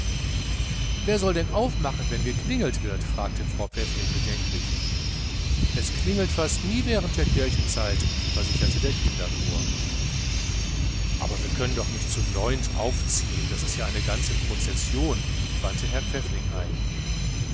wer soll dann aufmachen wenn geklingelt wird fragte frau pfäffling bedenklich es klingelt fast nie während der kirchenzeit versicherte der kinderchor aber wir können doch nicht zu neunt aufziehen das ist ja eine ganze prozession wandte herr pfäffling ein